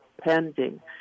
pending